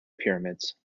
pyramids